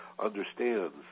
understands